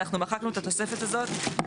אנחנו מחקנו את התוספת הזאת,